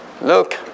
Look